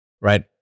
Right